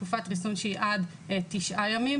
תקופת ריסון שהיא עד תשעה ימים,